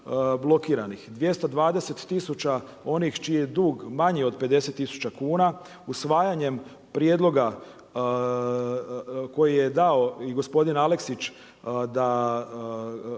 220 tisuća onih čiji je dug manji od 50 tisuća kuna, usvajanjem prijedloga koji je dao i gospodin Aleksić da